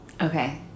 Okay